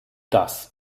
das